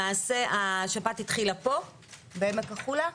למעשה, השפעת התחילה בעמק החולה,